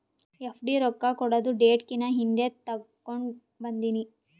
FD ರೊಕ್ಕಾ ಕೊಡದು date ಕಿನಾ ಹಿಂದೆ ತೇಕೊಂಡ್ ಬಂದಿನಿ